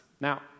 Now